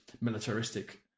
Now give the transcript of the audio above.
militaristic